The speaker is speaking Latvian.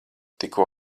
tikko